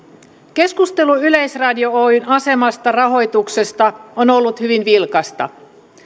keskustelu yleisradio oyn asemasta rahoituksesta on ollut hyvin vilkasta